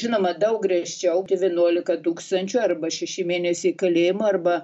žinoma daug griežčiau kai vienuolika tūkstančių arba šeši mėnesiai kalėjimo arba